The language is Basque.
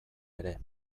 ere